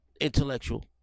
Intellectual